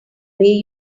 way